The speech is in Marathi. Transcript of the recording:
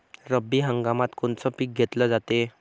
रब्बी हंगामात कोनचं पिक घेतलं जाते?